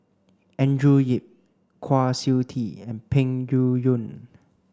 Andrew Yip Kwa Siew Tee and Peng Yuyun